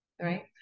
right